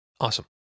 Awesome